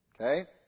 Okay